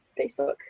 Facebook